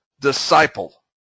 disciple